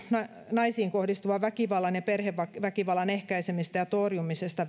naisiin kohdistuvan väkivallan ja perheväkivallan ehkäisemisestä ja torjumisesta